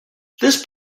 this